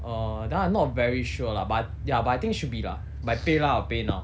err that one I not very sure lah but ya but I think should be lah by paylah of paynow